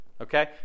Okay